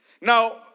Now